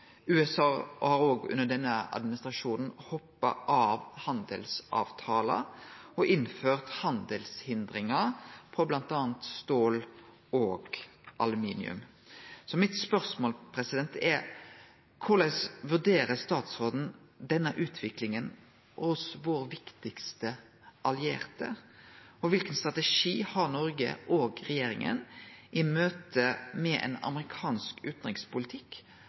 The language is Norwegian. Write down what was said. USA har under denne administrasjonen òg hoppa av handelsavtalar og innført handelshindringar på bl.a. stål og aluminium. Mitt spørsmål er: Korleis vurderer utanriksministeren denne utviklinga hos vår viktigaste allierte, og kva strategi har Noreg og regjeringa i møte med ein amerikansk utanrikspolitikk